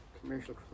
commercial